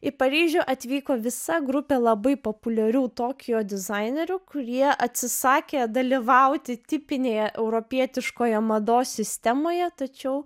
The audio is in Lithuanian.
į paryžių atvyko visa grupė labai populiarių tokijo dizainerių kurie atsisakė dalyvauti tipinėje europietiškoje mados sistemoje tačiau